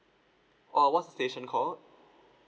uh what's the station called